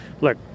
Look